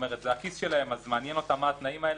זה הכיס שלהם, מעניין אותם התנאים האלה.